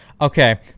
Okay